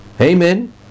Amen